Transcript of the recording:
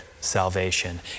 salvation